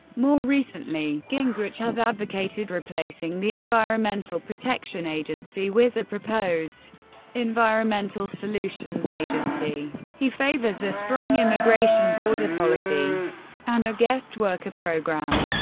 more recently, gingrich has advocated replacing the environmental protection agency with a proposed environmental solutions agency. he favors a strong immigration border policy and a guest worker program.